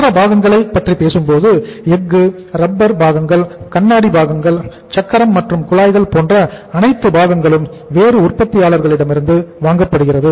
மற்ற பாகங்களை பற்றி பேசும்போது எஃகு ரப்பர் பாகங்கள் கண்ணாடி பாகங்கள் சக்கரம் மற்றும் குழாய்கள் போன்ற அனைத்து பாகங்களும் வேறு உற்பத்தியாளர்களிடமிருந்து வாங்கப்படுகிறது